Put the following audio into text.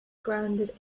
grounded